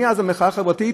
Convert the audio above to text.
מאז המחאה החברתית,